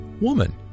Woman